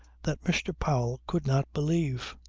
that mr. powell could not believe.